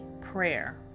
prayer